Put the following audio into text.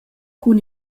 cun